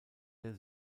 der